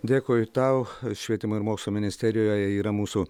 dėkui tau švietimo ir mokslo ministerijoje yra mūsų